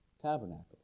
Tabernacle